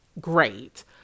great